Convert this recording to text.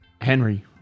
Henry